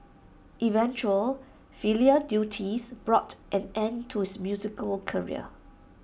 eventual filial duties brought an end to his musical career